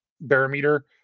Barometer